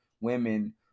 women